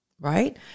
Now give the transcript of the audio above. right